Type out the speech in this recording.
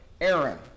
Aaron